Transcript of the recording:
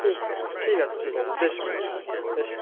ঠিক ঠিক আছে ঠিক আছে বেশ ম্যাম বেশ